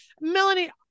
Melanie